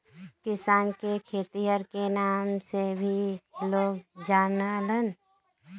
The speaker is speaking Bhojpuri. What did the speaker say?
किसान के खेतिहर के नाम से भी लोग जानलन